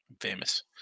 Famous